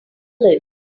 live